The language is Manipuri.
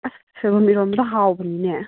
ꯑꯁ ꯁꯣꯏꯕꯨꯝ ꯏꯔꯣꯝꯕꯗꯣ ꯍꯥꯎꯕꯅꯤꯅꯦ